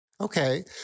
Okay